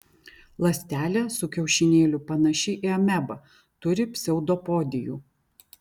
ląstelė su kiaušinėliu panaši į amebą turi pseudopodijų